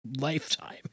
lifetime